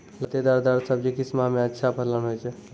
लतेदार दार सब्जी किस माह मे अच्छा फलन होय छै?